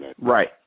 Right